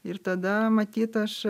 ir tada matyt aš